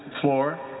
floor